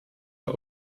der